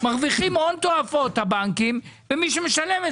מרוויחים הון תועפות הבנקים ומי שמשלם את